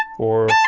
or